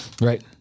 Right